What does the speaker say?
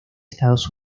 estados